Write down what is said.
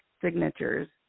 signatures